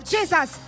Jesus